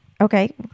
Okay